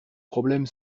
problème